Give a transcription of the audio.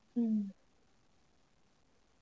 mm